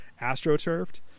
astroturfed